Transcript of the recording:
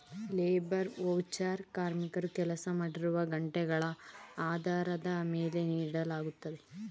labour voucher ಕಾರ್ಮಿಕರು ಕೆಲಸ ಮಾಡಿರುವ ಗಂಟೆಗಳ ಆಧಾರದ ಮೇಲೆ ನೀಡಲಾಗುತ್ತದೆ